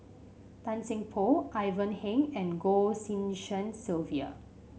Tan Seng Poh Ivan Heng and Goh Tshin En Sylvia